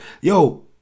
yo